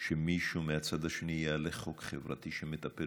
שמישהו מהצד השני יעלה חוק חברתי שמטפל